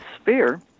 sphere